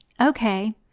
okay